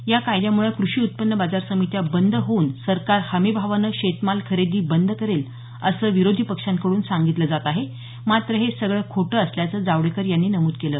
या कायद्यामुळे कृषी उत्पन्न बाजार समित्या बंद होऊन सरकार हमीभावानं शेतमाल खरेदी बंद करेल असं विरोधी पक्षांकडून सांगितलं जात आहे मात्र हे सगळं खोटं असल्याचं जावडेकर यांनी नमूद केलं